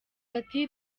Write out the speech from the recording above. ati